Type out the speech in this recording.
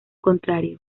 contrario